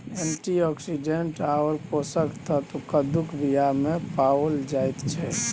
antioxidant आओर पोषक तत्व कद्दूक बीयामे पाओल जाइत छै